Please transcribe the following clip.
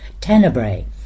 Tenebrae